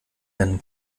werden